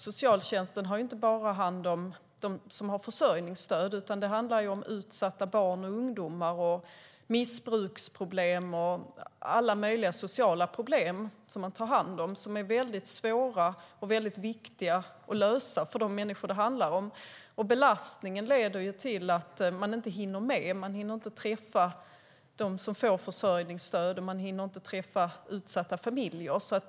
Socialtjänsten har ju inte bara hand om dem som har försörjningsstöd. Man tar hand om utsatta barn och ungdomar och om missbruksproblem och alla möjliga sociala problem som är väldigt svåra och viktiga att lösa för de människor det handlar om. Belastningen leder till att de inte hinner med. De hinner inte träffa dem som får försörjningsstöd, och de hinner inte träffa utsatta familjer.